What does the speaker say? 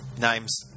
names